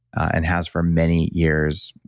and has for many years.